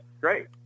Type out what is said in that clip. great